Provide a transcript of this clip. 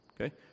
okay